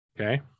Okay